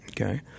Okay